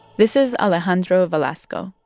this is alejandro velasco.